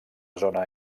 zona